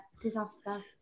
Disaster